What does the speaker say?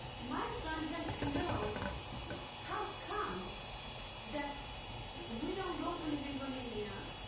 my son has to know how comes that we don't go to live in romania,